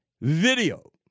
video